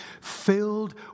filled